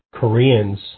Koreans